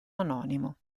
anonimo